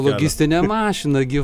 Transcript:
logistinė mašina gi